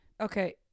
Okay